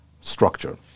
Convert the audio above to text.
structure